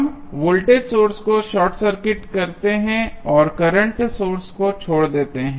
हम voltage source को short circuit करते हैं और करंट सोर्स को छोड़ देते हैं